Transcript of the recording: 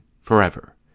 forever